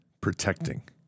protecting